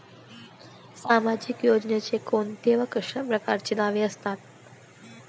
सामाजिक योजनेचे कोंते व कशा परकारचे दावे असतात?